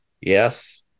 Yes